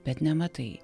bet nematai